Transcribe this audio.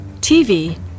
TV